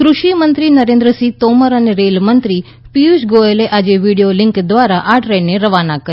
ક્રષિ મંત્રી નરેન્દ્રસિંહ તોમર અને રેલવે મંત્રી પીયુષ ગોયલે આજે વીડિયો લીંક દ્વારા આ ટ્રેનને રવાના કરી